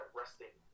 resting